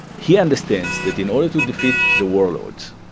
he understands that in order to defeat the warlords,